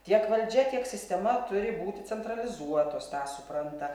tiek valdžia tiek sistema turi būti centralizuotos tą supranta